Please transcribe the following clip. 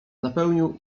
napełnił